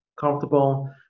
comfortable